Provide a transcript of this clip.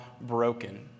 broken